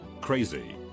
Crazy